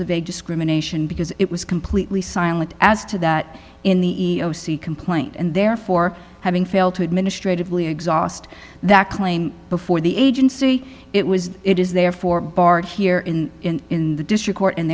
of a discrimination because it was completely silent as to that in the e e o c complaint and therefore having failed to administratively exhaust that claim before the agency it was it is therefore barred here in in the district court and